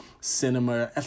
cinema